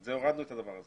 הורדנו את הדבר הזה.